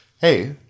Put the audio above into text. hey